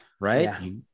Right